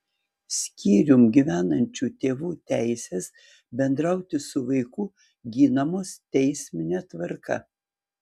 skyrium gyvenančių tėvų teisės bendrauti su vaiku ginamos teismine tvarka